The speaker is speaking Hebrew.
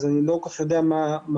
אז אני לא כל כך יודע מה הקושי,